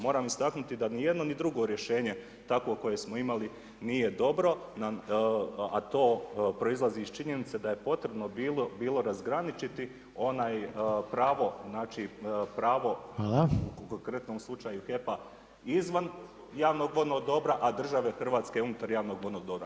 Moram istaknuti da ni jedno ni drugo rješenje, takvo koje smo imali nije dobro, a to proizlazi iz činjenice da je potrebno bilo razgraničiti, onaj pravo, pravo u konkretnom slučaju HEP-a izvan javno vodnog dobra, a države Hrvatske unutar javno vodnog dobra.